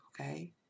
Okay